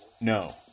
No